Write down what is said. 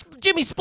Jimmy